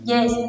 Yes